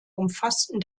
umfassten